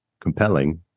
compelling